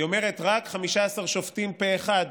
היא אומרת: רק 15 שופטים פה אחד.